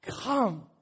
Come